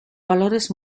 valores